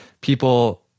people